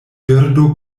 birdo